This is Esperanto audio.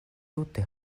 tute